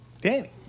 Danny